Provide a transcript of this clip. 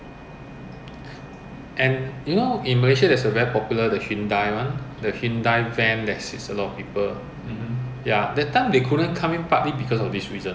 I think the brand start with M [one] lah you you see it on the road not not a lot but they are trying to compete with alphard the cheaper version of alphard ya